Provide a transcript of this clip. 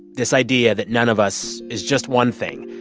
this idea that none of us is just one thing,